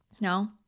No